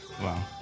Wow